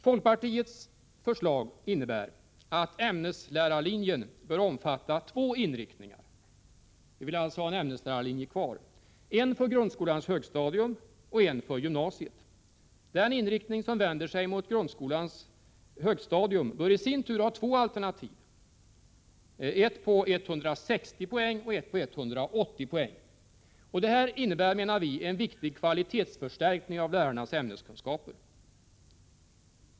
Folkpartiets förslag innebär att ämneslärarlinjen bör omfatta två inriktningar — vi vill alltså ha en ämneslärarlinje kvar — en för grundskolans högstadium och en för gymnasiet. Den inriktning som gäller grundskolans högstadium bör i sin tur ha två alternativ — ett på 160 poäng och ett på 180 poäng. Det här innebär, menar vi, en viktig kvalitetsförstärkning av lärarnas ämneskunskaper.